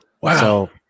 Wow